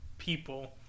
people